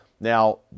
Now